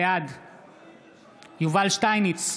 בעד יובל שטייניץ,